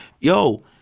yo